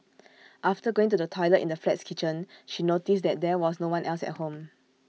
after going to the toilet in the flat's kitchen she noticed that there was no one else at home